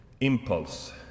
impulse